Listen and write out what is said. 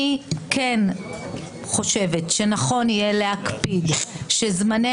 אני כן חושבת שנכון יהיה להקפיד שזמני